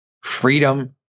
freedom